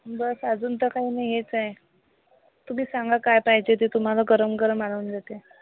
बस् अजून तर काही नाही हेच आहे तुम्ही सांगा काय पाहिजे ते तुम्हाला गरम गरम आणून देते